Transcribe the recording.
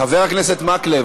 חבר הכנסת מקלב,